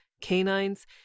canines